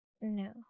no